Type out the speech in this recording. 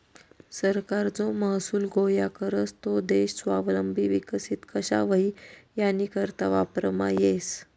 सरकार जो महसूल गोया करस तो देश स्वावलंबी विकसित कशा व्हई यानीकरता वापरमा येस